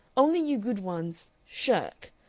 only you good ones shirk.